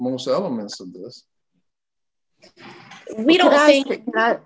most elements of this we don't